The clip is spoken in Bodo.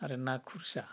आरो ना खुरसा